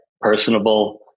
personable